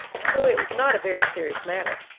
although it was not a very serious matter.